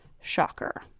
Shocker